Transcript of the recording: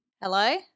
Hello